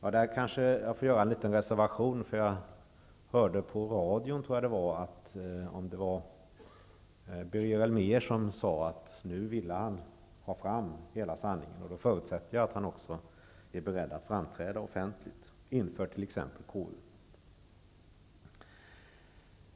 Där får jag dock göra en liten reservation, för jag hörde på radion att Birger Ellmér sade att han ville ha fram hela sanningen. Då förutsätter jag att han också är beredd att framträda offentligt, t.ex. inför KU.